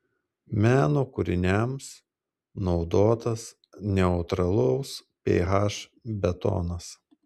meno kūriniams naudotas neutralaus ph betonas